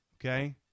okay